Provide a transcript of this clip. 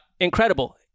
Incredible